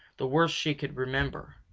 the worst she could remember.